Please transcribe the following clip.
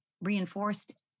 reinforced